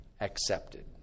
accepted